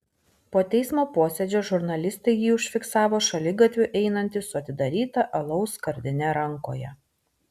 po teismo posėdžio žurnalistai jį užfiksavo šaligatviu einantį su atidaryta alaus skardine rankoje